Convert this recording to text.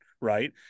Right